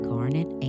Garnet